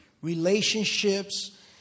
relationships